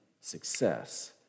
success